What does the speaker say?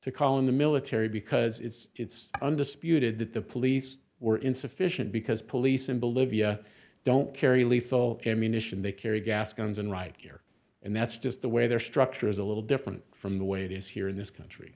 to call in the military because it's undisputed that the police were insufficient because police in bolivia don't carry lethal ammunition they carry gas guns and right here and that's just the way their structure is a little different from the way it is here in this country